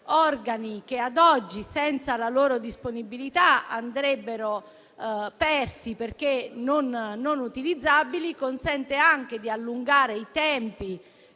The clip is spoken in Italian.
che, ad oggi, senza la loro disponibilità, andrebbero persi, perché non utilizzabili. Consente anche di allungare i tempi